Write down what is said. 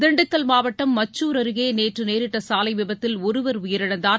திண்டுக்கல் மாவட்டம் மச்சூர் அருகே நேற்று நேரிட்ட சாலை விபத்தில் ஒருவர் உயிரிழந்தார்